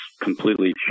completely